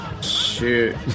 shoot